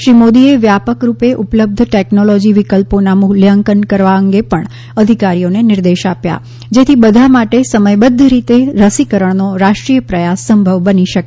શ્રી મોદીએ વ્યાપક રૂપે ઉપલબ્ધ ટેકનોલોજી વિકલ્પોના મુલ્યાંકન કરવા અંગે પણ અધિકારીઓને નિર્દેશ આપ્યા જેથી બધા માટે સમયબધ્ધ રીતે રસીકરણનો રાષ્ટ્રીય પ્રયાસ સંભવ બની શકે